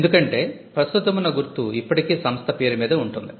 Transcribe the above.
ఎందుకంటే ప్రస్తుతమున్న గుర్తు ఇప్పటికీ సంస్థ పేరుమీదే ఉంటుంది